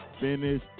finish